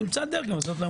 נמצא דרך.